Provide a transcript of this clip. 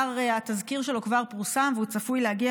והתזכיר שלו כבר פורסם והוא צפוי להגיע